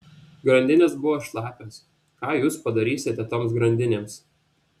grandinės buvo šlapios ką jūs padarysite toms grandinėms